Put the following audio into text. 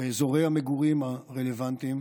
באזורי המגורים הרלוונטיים,